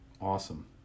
Awesome